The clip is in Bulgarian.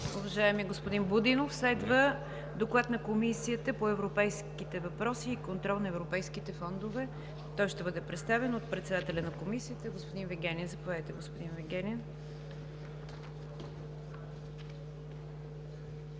уважаеми господин Будинов. Следва Доклад на Комисията по европейските въпроси и контрол на европейските фондове. Той ще бъде представен от председателя на Комисията господин Вигенин. Заповядайте, господин Вигенин.